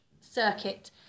circuit